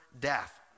death